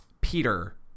Peter